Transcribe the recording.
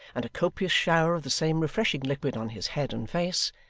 and a copious shower of the same refreshing liquid on his head and face,